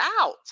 out